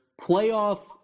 playoff